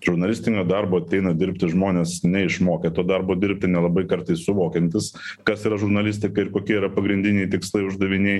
žurnalistinio darbo ateina dirbti žmonės neišmokę to darbo dirbti nelabai kartais suvokiantis kas yra žurnalistika ir kokie yra pagrindiniai tikslai uždaviniai